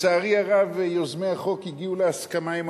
לצערי הרב יוזמי החוק הגיעו להסכמה עם